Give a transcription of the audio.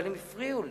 אבל הם הפריעו לי.